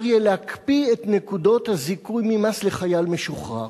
יהיה להקפיא את נקודות הזיכוי ממס לחייל משוחרר.